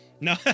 No